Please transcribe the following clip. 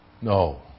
no